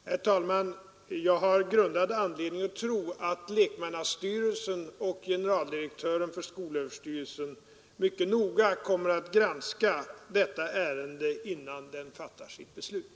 Herr talman! Jag har grundad anledning att tro att lekmannastyrelsen och generaldirektören för skolöverstyrelsen mycket noga kommer att granska detta ärende innan skolöverstyrelsen fattar sitt beslut.